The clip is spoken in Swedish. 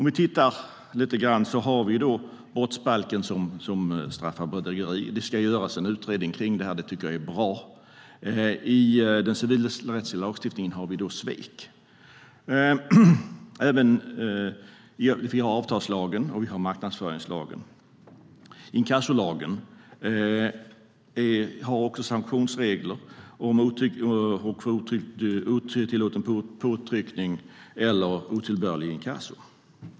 Vi har brottsbalken som straffar bedrägeri. Det ska göras en utredning kring det här; det tycker jag är bra. I den civilrättsliga lagstiftningen har vi svek. Vi har avtalslagen, och vi har marknadsföringslagen. Även inkassolagen har sanktionsregler när det gäller otillåten påtryckning eller otillbörlig inkasso.